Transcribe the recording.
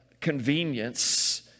convenience